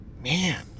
Man